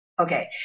Okay